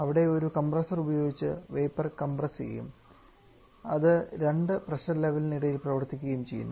ഇവിടെ ഒരു കംപ്രസ്സർ ഉപയോഗിച്ച് വേപ്പർ കംപ്രസ് ചെയ്യും അത് 2 പ്രഷർ ലെവലിന് ഇടയിൽ പ്രവർത്തിക്കുകയും ചെയ്യുന്നു